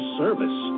service